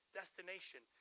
destination